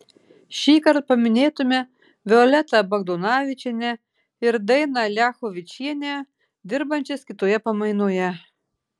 šįkart paminėtumėme violetą bagdonavičienę ir dainą liachovičienę dirbančias kitoje pamainoje